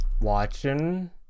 Watching